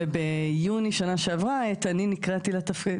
וביוני שנה שעברה אני קיבלתי את התפקיד,